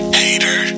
hater